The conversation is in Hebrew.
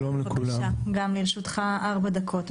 בבקשה, גם לרשותך ארבע דקות.